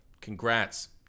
congrats